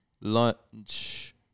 lunch